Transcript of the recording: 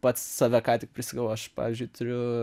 pats save ką tik prisigavau aš pavyzdžiui turiu